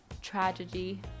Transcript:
tragedy